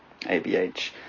ABH